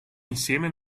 insieme